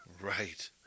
Right